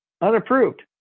unapproved